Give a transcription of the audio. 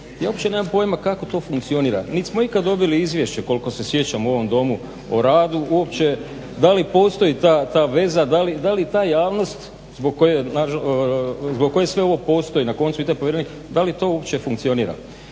Ja uopće nemam pojma kako to funkcionira, nit smo ikad dobili izvješće, koliko se sjećam u ovom domu o radu uopće, da li postoji ta veza, da li ta javnost zbog koje sve ovo postoji, na koncu i taj povjerenik, da li je to uopće funkcionira.